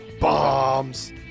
Bombs